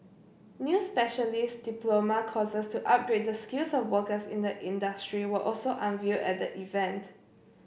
new specialist diploma courses to upgrade the skills of workers in the industry were also unveiled at the event